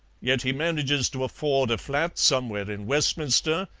yet he manages to afford a flat somewhere in westminster,